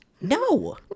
no